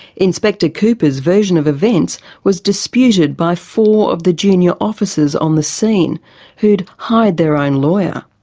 inspector cooper's version of events was disputed by four of the junior officers on the scene who'd hired their own lawyer.